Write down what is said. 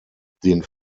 den